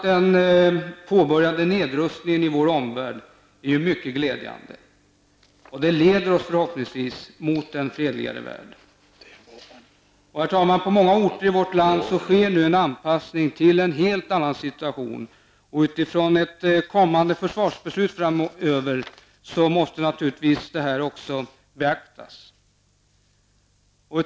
Den påbörjade nedrustningen i vår omvärld är mycket glädjande, och den leder oss förhoppningsvis mot en fredligare värld. Herr talman! På många orter i vårt land sker nu en anpassning till en helt annan situation. Utifrån ett kommande försvarsbeslut framöver måste naturligtvis detta beaktas.